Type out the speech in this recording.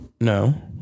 No